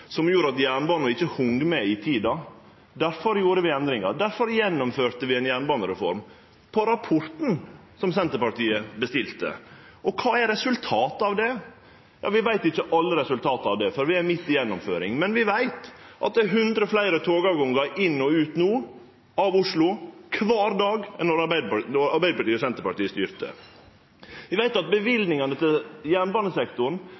som gjorde at jernbana ikkje hang med i tida. Difor gjorde vi endringar, difor gjennomførte vi ei jernbanereform – på rapporten som Senterpartiet bestilte. Kva er resultatet av det? Vi veit ikkje alle resultata av det, for vi er midt i gjennomføringa, men vi veit at det er 100 fleire togavgangar inn og ut av Oslo kvar dag no enn då Arbeidarpartiet og Senterpartiet styrte. Vi veit at løyvingane til jernbanesektoren